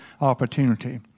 opportunity